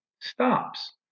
stops